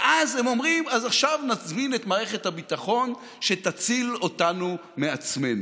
ואז הם אומרים: עכשיו נזמין את מערכת הביטחון שתציל אותנו מעצמנו,